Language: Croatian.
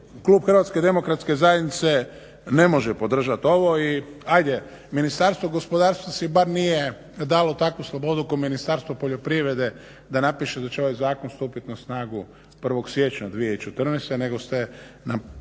klub HDZ-a ne može podržat ovo i ajde, Ministarstvo gospodarstva si bar nije dalo takvu slobodu kao Ministarstvo poljoprivrede da napiše da će ovaj zakon stupit na snagu 1. siječnja 2014.